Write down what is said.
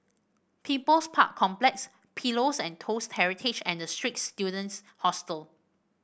People's Park Complex Pillows and Toast Heritage and The Straits Students Hostel